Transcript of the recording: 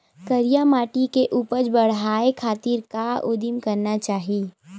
करिया माटी के उपज बढ़ाये खातिर का उदिम करना चाही?